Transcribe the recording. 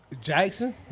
Jackson